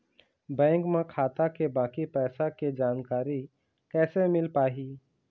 Bank म खाता के बाकी पैसा के जानकारी कैसे मिल पाही?